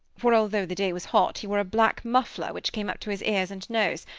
for although the day was hot he wore a black muffler which came up to his ears and nose,